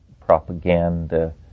propaganda